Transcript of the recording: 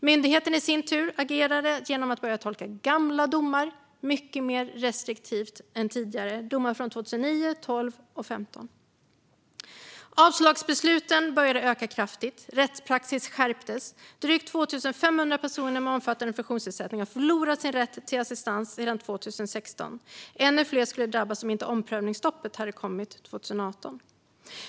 Myndigheten i sin tur agerade genom att börja tolka gamla domar från 2009, 2012 och 2015 mycket mer restriktivt än de hade gjort tidigare. Avslagsbesluten började öka kraftigt i antal. Rättspraxis skärptes. Drygt 2 500 personer med omfattande funktionsnedsättning har förlorat sin rätt till assistans sedan 2016. Ännu fler skulle ha drabbats om inte omprövningsstoppet hade kommit 2018.